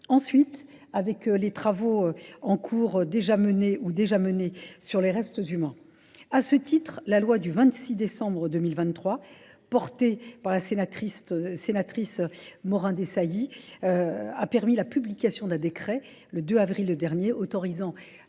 ensuite avec les travaux en cours déjà menés ou déjà menés sur les restes humains. À ce titre, la loi du 26 décembre 2023, portée par la sénatrice Morin d'Esailly, a permis la publication d'un décret le 2 avril dernier autorisant